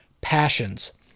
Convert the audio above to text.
passions